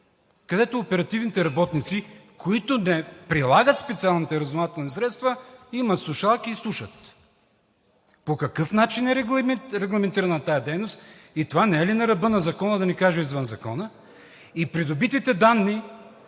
където оперативните работници, които не прилагат специалните разузнавателни средства, имат слушалки и слушат. По какъв начин е регламентирана тази дейност и това не е ли на ръба на закона, да не кажа, извън закона? Придобитите данни